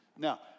Now